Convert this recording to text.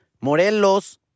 Morelos